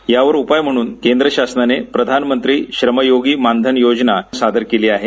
यावर उपाय म्हणून केंद्रशासनाने प्रधानमंत्री श्रमयोगी मानधन योजना सादर केली आहे